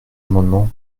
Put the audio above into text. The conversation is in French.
amendements